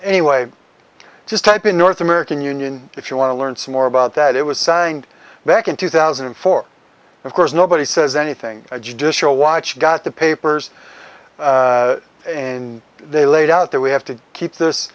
anyway just type in north american union if you want to learn some more about that it was signed back in two thousand and four of course nobody says anything a judicial watch got the papers in they laid out there we have to keep this